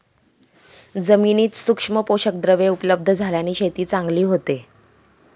जमिनीत सूक्ष्म पोषकद्रव्ये उपलब्ध झाल्याने शेती चांगली होते